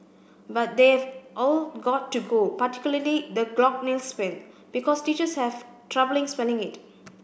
but they've all got to go particularly the glockenspiel because teachers have troubling spelling it